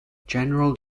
general